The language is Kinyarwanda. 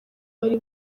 bari